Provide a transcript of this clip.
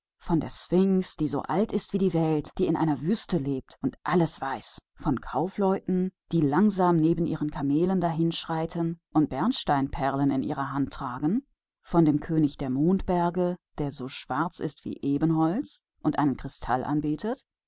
von der sphinx die so alt ist wie die welt und in der wüste lebt und alles weiß von den kaufleuten die langsam neben ihren kamelen einhergehen und rosenkränze aus bernstein in den händen tragen vom könig des mondgebirges der so schwarz ist wie ebenholz und einen großen kristall anbetet